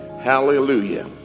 Hallelujah